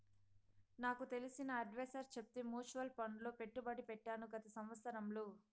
నాకు తెలిసిన అడ్వైసర్ చెప్తే మూచువాల్ ఫండ్ లో పెట్టుబడి పెట్టాను గత సంవత్సరంలో